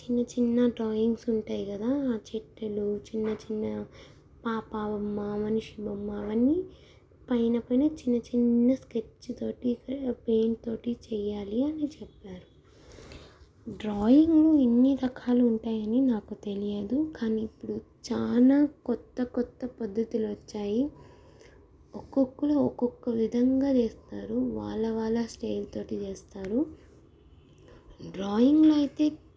చిన్నచిన్న డ్రాయింగ్స్ ఉంటాయి కదా ఆ చెట్టులు చిన్నచిన్న పాప బొమ్మ మనిషి బొమ్మ అవన్నీ పైన పైన చిన్నచిన్న స్కెచ్తోటి పెయింట్తోటి చేయాలి అని చెప్పారు డ్రాయింగ్ ఇన్ని రకాలు ఉంటాయని నాకు తెలియదు కానీ ఇప్పుడు చాలా క్రొత్త క్రొత్త పద్ధతులు వచ్చాయి ఒక్కొక్కళ్ళు ఒక్కొక్క విధంగా చేస్తారు వాళ్ళ వాళ్ళ స్టైల్తోటి చేస్తారు డ్రాయింగ్లో అయితే